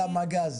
לגיטימי.